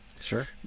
Sure